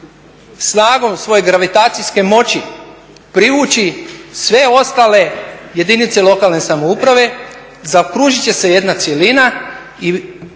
snagom svoje gravitacijske moći privući sve ostale jedinice lokalne samouprave, zaokružiti će se jedna cjelina i